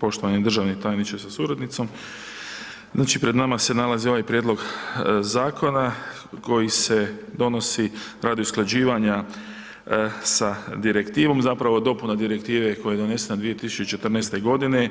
Poštovani državni tajniče sa suradnicom, znači, pred nama se nalazi ovaj prijedlog zakona koji se donosi radi usklađivanja sa Direktivom, zapravo dopuna Direktive koja je donesena 2014.g.